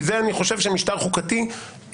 כן, זה חשוב שיהיה למשפט חוקתי בסטייל